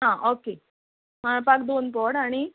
आं ओके माळपाक दोन पोड आनी